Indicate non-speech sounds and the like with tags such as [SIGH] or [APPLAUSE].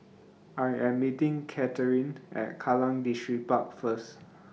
I Am meeting Katheryn At Kallang Distripark First [NOISE]